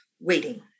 waiting